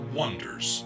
wonders